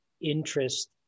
interest